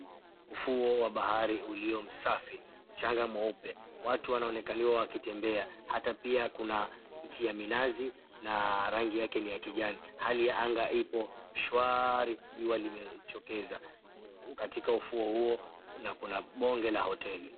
Ufuo wa bahari ulio msafi, mchanga mweupe, watu wanaonekaniwa wakitembea, hata pia kuna miti ya minazi na rangi yake ni ya kijani. Hali ya anga ipo shwari. Jua limetokeza katika ufuo huo na kuna bonge la hoteli.